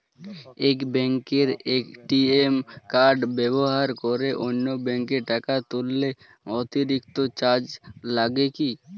এক ব্যাঙ্কের ATM card ব্যবহার করে অন্য ব্যঙ্কে টাকা তুললে অতিরিক্ত চার্জ লাগে কি?